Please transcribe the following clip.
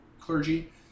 clergy